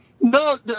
No